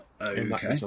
Okay